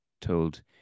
told